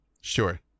Sure